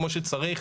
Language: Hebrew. כמו שצריך,